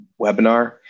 webinar